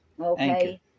Okay